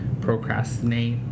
procrastinate